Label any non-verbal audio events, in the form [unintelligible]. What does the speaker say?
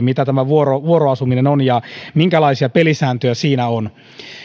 [unintelligible] mitä tämä vuoroasuminen on ja minkälaisia pelisääntöjä siinä on